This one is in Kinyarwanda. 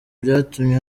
byatumye